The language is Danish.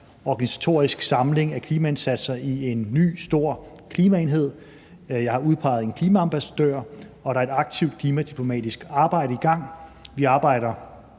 organisatorisk samling af klimaindsatser i en ny stor klimaenhed. Jeg har udpeget en klimaambassadør, og der er et aktivt klimadiplomatisk arbejde i gang. Vi arbejder